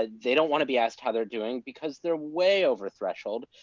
ah they don't wanna be asked how they're doing because they're way over-threshold,